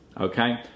Okay